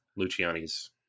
Luciani's